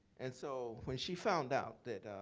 and so when she found out that